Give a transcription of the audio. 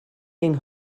ein